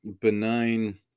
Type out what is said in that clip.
benign